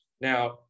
Now